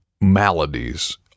maladies